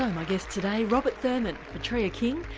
yeah my guests today robert thurman, petrea king,